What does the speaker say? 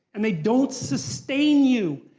and they don't sustain you.